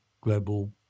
global